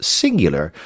singular